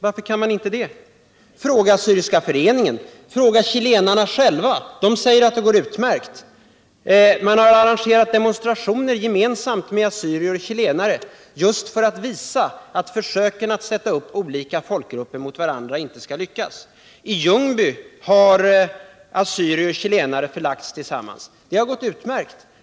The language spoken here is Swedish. Varför kan man inte det? Fråga Assyriska föreningen! Fråga chilenarna själva! De säger att det går utmärkt. Man har arrangerat demonstrationer gemensamt med assyrier och chilenare just för att visa att försöken att sätta upp olika folkgrupper mot varandra inte skall lyckas. I Ljungby har assyrier och chilenare förlagts tillsammans. Det har gått utmärkt.